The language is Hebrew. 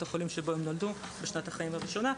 החולים שבו הם נולדו בשנת החיים הראשונה,